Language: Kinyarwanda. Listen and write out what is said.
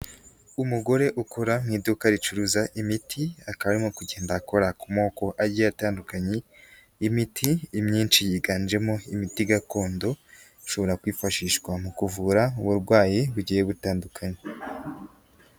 Umugore ukora mu'iduka ricuruza imiti, akaba arimo kugenda akora ku moko agiye atandukanye y'imiti, imyinshi yiganjemo imiti gakondo ishobora kwifashishwa mu kuvura uburwayi bugiye butandukanye.